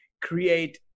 create